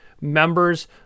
members